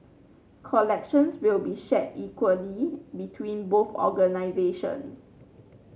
collections will be shared equally between both organisations